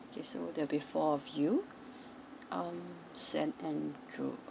okay so there will be four of you um saint andrew